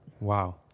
Wow